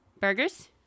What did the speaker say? Burgers